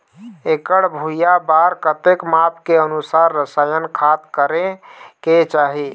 एकड़ भुइयां बार कतेक माप के अनुसार रसायन खाद करें के चाही?